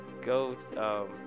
go